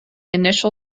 initial